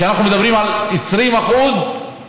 ואנחנו מדברים על 20% ניצול.